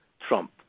Trump